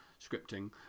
scripting